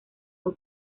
muy